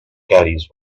caddies